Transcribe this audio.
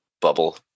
bubble